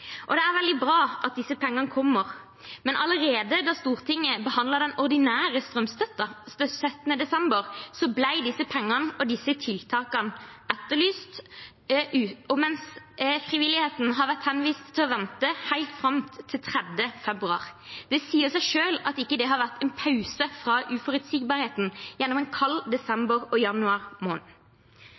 Det er veldig bra at disse pengene kommer, men allerede da Stortinget behandlet den ordinære strømstøtten den 17. desember, ble disse pengene og disse tiltakene etterlyst, mens frivilligheten har vært henvist til å vente helt fram til 3. februar. Det sier seg selv at det ikke har vært en pause fra uforutsigbarheten gjennom en kald desember og kald januar måned.